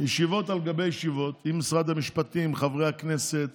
ישיבות על גבי ישיבות עם משרד המשפטים, חברי הכנסת